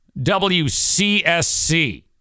WCSC